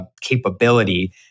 capability